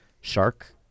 shark